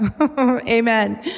Amen